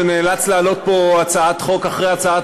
שנאלץ לעלות לפה הצעת חוק אחרי הצעת